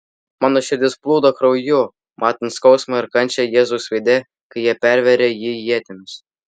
mano širdis plūdo krauju matant skausmą ir kančią jėzaus veide kai jie pervėrė jį ietimis